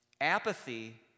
apathy